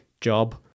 job